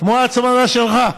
כמו ההצמדה שלך,